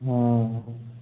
ହଁ